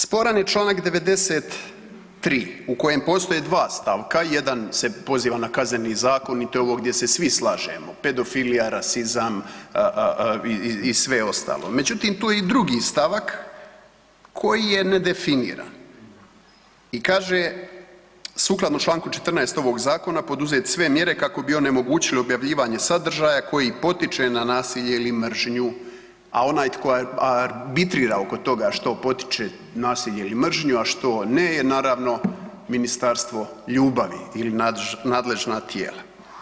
Sporan je Članak 93. u kojem postoje 2 stavka jedan se poziva na kazneni zakon i to je ovo gdje se svi slažemo pedofilija, rasizam i sve ostalo, međutim tu je i drugi stavak koji je nedefiniran i kaže sukladno Članku 14. ovog zakona poduzeti sve mjere kako bi onemogućili objavljivanje sadržaja koji potiče na nasilje ili mržnju, a onaj tko arbitrira oko toga što potiče nasilje ili mržnju, a što ne je naravno ministarstvo ljubavi ili nadležna tijela.